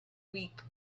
week